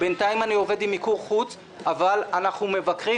בינתיים אני עובד עם מיקור חוץ אבל אנחנו מבקרים